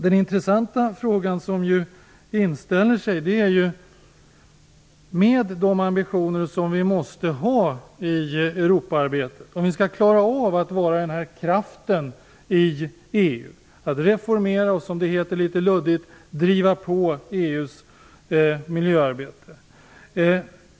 Den intressanta fråga som inställer sig är ju, med de ambitioner som vi måste ha i Europaarbetet, om vi skall klara av att vara den kraft som kan reformera och, som det heter litet luddigt, driva på EU:s miljöarbete.